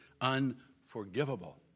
unforgivable